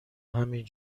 همین